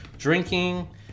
drinking